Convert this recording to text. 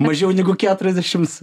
mažiau negu keturiasdešims